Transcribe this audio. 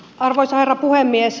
arvoisa herra puhemies